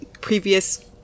previous